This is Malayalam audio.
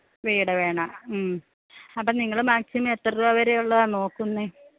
വീട് വേണം അപ്പം നിങ്ങൾ മാക്സിമം എത്ര രൂപ വരെ ഉള്ളതാണ് നോക്കുന്നത്